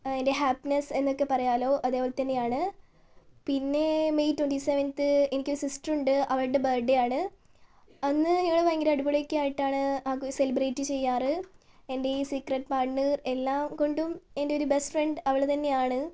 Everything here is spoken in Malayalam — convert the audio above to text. എൻ്റെ ഹാപ്പിനെസ്സ് എന്നൊക്കെ പറയാമല്ലോ അതേപോലെത്തന്നെയാണ് പിന്നെ മെയ് ട്വൻ്റി സെവൻത് എനിക്കൊരു സിസ്റ്ററുണ്ട് അവളുടെ ബർത്ത്ഡേയാണ് അന്ന് ഞങ്ങൾ ഭയങ്കര അടിപൊളിയൊക്കെ ആയിട്ടാണ് സെലിബ്രേറ്റ് ചെയ്യാറ് എൻ്റെ ഈ സീക്രട്ട് പാർട്നർ എല്ലാംകൊണ്ടും എൻ്റെ ഒരു ബെസ്റ്റ് ഫ്രണ്ട് അവളു തന്നെയാണ്